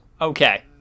Okay